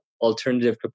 alternative